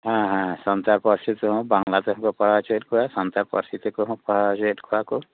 ᱦᱮᱸ ᱦᱮᱸ ᱥᱟᱱᱛᱟᱲ ᱯᱟᱹᱨᱥᱤ ᱛᱮᱦᱚᱸ ᱵᱟᱝᱞᱟ ᱛᱮᱦᱚᱸ ᱠᱚ ᱯᱟᱲᱦᱟ ᱚᱪᱚᱭᱮᱫ ᱠᱚᱣᱟ ᱥᱟᱱᱛᱟᱲ ᱯᱟᱹᱨᱥᱤ ᱛᱮᱠᱚ ᱯᱟᱲᱦᱟᱣ ᱚᱪᱚᱭᱮᱫ ᱠᱚᱣᱟ ᱠᱚ